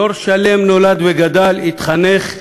דור שלם נולד וגדל, התחנך,